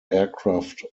aircraft